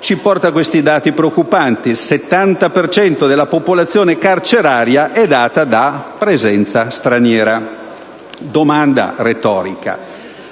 ci porta questi dati preoccupanti: il 70 per cento della popolazione carceraria è data da presenza straniera. Domanda retorica: